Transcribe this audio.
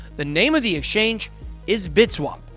the name of the exchange is bitswap.